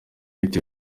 bitewe